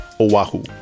Oahu